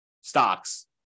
stocks